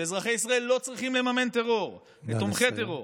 שאזרחי ישראל לא צריכים לממן טרור ותומכי טרור.